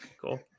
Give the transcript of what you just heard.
cool